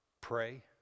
pray